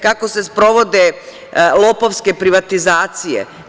Kako se sprovode lopovske privatizacije?